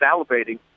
salivating